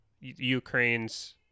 Ukraine's